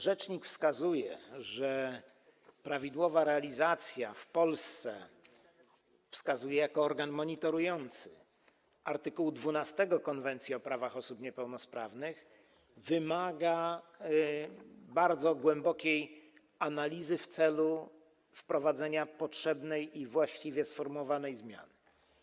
Rzecznik wskazuje, że prawidłowa realizacja w Polsce - wskazuje jako organ monitorujący - art. 12 Konwencji o prawach osób niepełnosprawnych wymaga bardzo głębokiej analizy w celu wprowadzenia potrzebnej i właściwie sformułowanej zmiany.